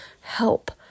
help